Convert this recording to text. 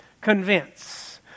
Convince